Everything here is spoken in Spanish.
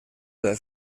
del